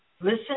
listen